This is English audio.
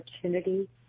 opportunity